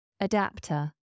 Adapter